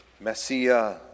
Messiah